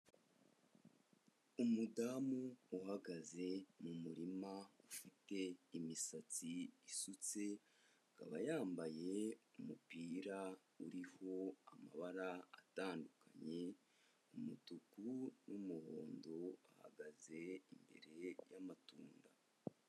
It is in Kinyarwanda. Umudamu uhagaze mu murima ufite imisatsi isutse, akaba yambaye umupira uriho amabara atandukanye umutuku n'umuhondo ahagaze imbere y'amatunda.